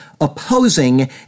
opposing